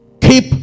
keep